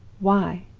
why?